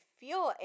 feel